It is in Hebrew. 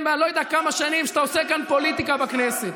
באני לא יודע כמה שנים שאתה עושה כאן פוליטיקה בכנסת.